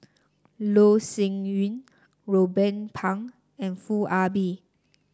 Loh Sin Yun Ruben Pang and Foo Ah Bee